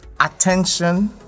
attention